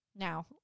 Now